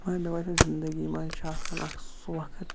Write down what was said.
مَگَر مےٚ باسیٚو زِندَگی مَنٛز چھُ آسان اکھ سُہ وقت